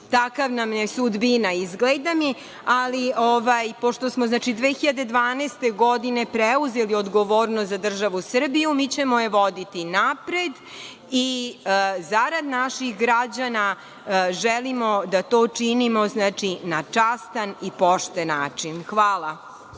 Takva nam je sudbina izgleda. Ali, pošto smo 2012. godine preuzeli odgovornost za državu Srbiju, mi ćemo je voditi napred i zarad naših građana želimo da to činimo na častan i pošten način. Hvala.